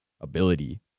ability